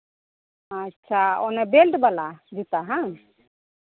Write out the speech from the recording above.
ᱟᱪᱪᱷᱟ ᱚᱱᱮ ᱵᱮᱞᱴ ᱵᱟᱞᱟ ᱡᱩᱛᱟᱹ ᱦᱮᱸᱵᱟᱝ